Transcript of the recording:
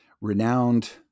renowned